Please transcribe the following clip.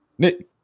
Nick